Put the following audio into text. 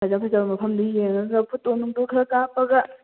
ꯐꯖ ꯐꯖꯕ ꯃꯐꯝꯗꯣ ꯌꯦꯡꯉꯒ ꯐꯣꯇꯣ ꯅꯨꯡꯇꯣ ꯈꯔ ꯀꯥꯞꯄꯒ